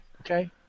Okay